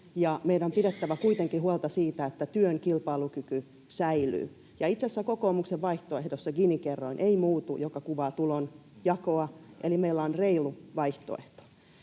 meidän on pidettävä kuitenkin huolta siitä, että työn kilpailukyky säilyy. Itse asiassa kokoomuksen vaihtoehdossa Gini-kerroin, joka kuvaa tulonjakoa, ei muutu, eli meillä on reilu vaihtoehto.